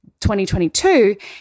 2022